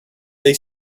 they